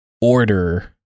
order